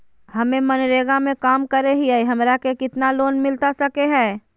हमे मनरेगा में काम करे हियई, हमरा के कितना लोन मिलता सके हई?